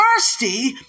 thirsty